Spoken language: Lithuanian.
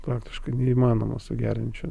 praktiškai neįmanoma su geriančiu